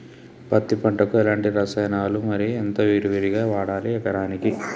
పత్తి పంటకు ఎలాంటి రసాయనాలు మరి ఎంత విరివిగా వాడాలి ఎకరాకి?